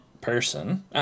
person